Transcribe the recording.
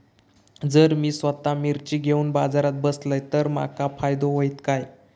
जर मी स्वतः मिर्ची घेवून बाजारात बसलय तर माका फायदो होयत काय?